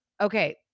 okay